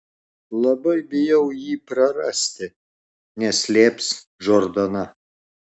labai bijau jį prarasti neslėps džordana